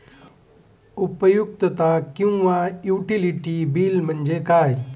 उपयुक्तता किंवा utility bill म्हणजे काय?